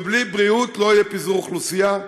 ובלי בריאות לא יהיה פיזור אוכלוסייה,